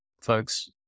folks